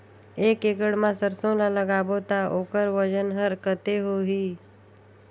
एक एकड़ मा सरसो ला लगाबो ता ओकर वजन हर कते होही?